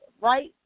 right